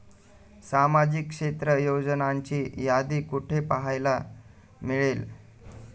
सामाजिक क्षेत्र योजनांची यादी कुठे पाहायला मिळेल?